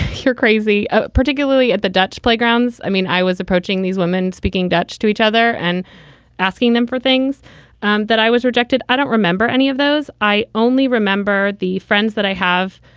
you're crazy, ah particularly at the dutch playground's. i mean, i was approaching these women speaking dutch to each other and asking them for things and that i was rejected. i don't remember any of those. i only remember the friends that i have.